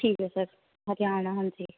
ਠੀਕ ਹੈ ਸਰ ਹਰਿਆਣਾ ਹਾਂਜੀ